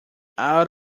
out